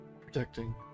Protecting